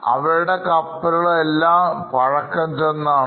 അവരുടെ കപ്പലുകൾ എല്ലാം പഴക്കംചെന്ന്ത്ആണ്